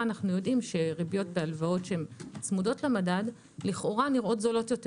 אנו יודעים שריביות בהלוואות צמודות למדד לכאורה נראות זולות יותר